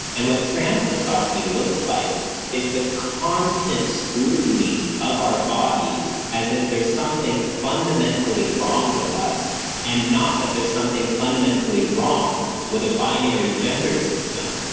and what trans misogyny looks like is the constant scrutiny of our bodies, as if there's something fundamentally wrong with us and not that there's something fundamentally wrong with a binary gender system.